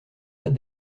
pas